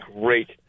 great